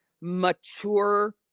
mature